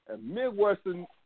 Midwestern